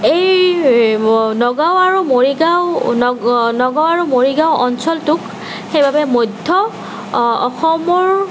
এই নগাঁও আৰু মৰিগাঁও নগাঁও আৰু মৰিগাঁও অঞ্চলটোক সেইবাবে মধ্য অসমৰ